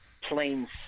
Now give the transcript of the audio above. Planes